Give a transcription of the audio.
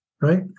right